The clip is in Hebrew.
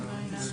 ההכרזה